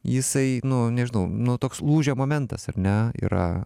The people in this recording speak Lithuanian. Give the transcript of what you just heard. jisai nu nežinau nu toks lūžio momentas ar ne yra